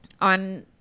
on